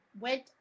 went